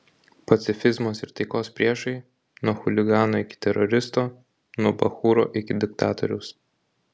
pacifizmas ir taikos priešai nuo chuligano iki teroristo nuo bachūro iki diktatoriaus